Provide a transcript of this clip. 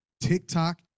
TikTok